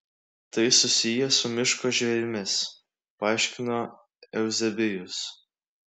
tai susiję su miško žvėrimis paaiškino euzebijus